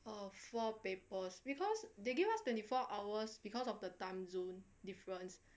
err four papers because they give us twenty four hours because of the time zone differences